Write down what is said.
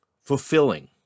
fulfilling